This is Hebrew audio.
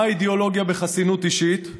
מה האידיאולוגיה בחסינות אישית?